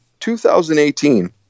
2018